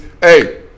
Hey